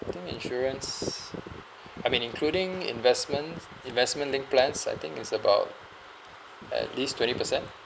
I think insurance I mean including investment investment link plans I think is about at least twenty percent